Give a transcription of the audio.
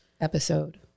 episode